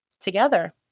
together